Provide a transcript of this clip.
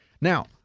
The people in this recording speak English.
Now